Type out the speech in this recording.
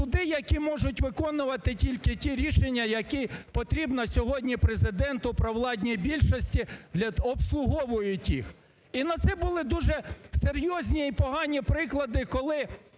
які можуть виконувати тільки ті рішення, які потрібно сьогодні Президенту, провладній більшості, обслуговують їх. І на це були дуже серйозні і погані приклади, коли